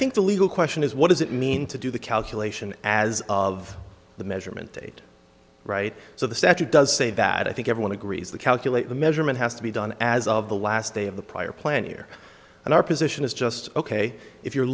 think the legal question is what does it mean to do the calculation as of the measurement date right so the statute does say that i think everyone agrees the calculate the measurement has to be done as of the last day of the prior planning here and our position is just ok if you're